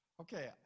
Okay